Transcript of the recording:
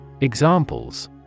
Examples